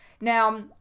Now